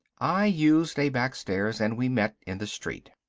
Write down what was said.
i used a back stairs and we met in the street.